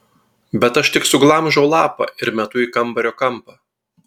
bet aš tik suglamžau lapą ir metu į kambario kampą